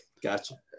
gotcha